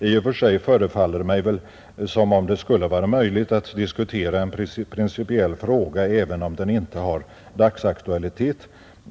I och för sig förefaller det mig som om det skulle vara möjligt att diskutera en principiell fråga, även om den inte har dagsaktualitet.